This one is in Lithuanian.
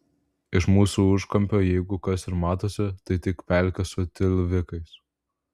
iš mūsų užkampio jeigu kas ir matosi tai tik pelkė su tilvikais